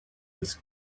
this